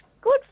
good